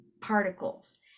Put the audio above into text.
particles